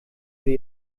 für